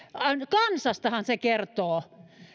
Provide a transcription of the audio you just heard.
kansastahan se kertoo